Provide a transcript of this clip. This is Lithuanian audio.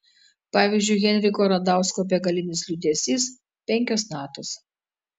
pavyzdžiui henriko radausko begalinis liūdesys penkios natos